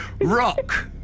Rock